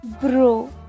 bro